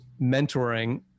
mentoring